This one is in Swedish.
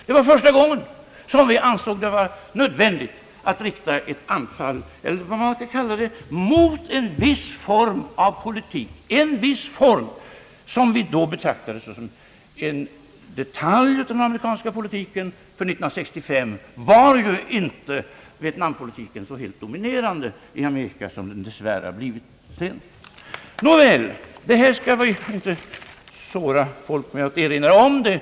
Det var första gången vi ansåg det vara nödvändigt att rikta ett anfall, eller vad man skall kalla det, mot en viss form av politik som vi då betraktade som en detalj i den amerikanska politiken, ty år 1965 var vietnampolitiken inte så helt dominerande i Amerika som den dess värre har blivit senare. Vi skall inte såra folk med att erinra om detta.